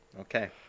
Okay